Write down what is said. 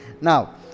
Now